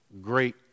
Great